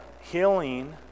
healing